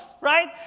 right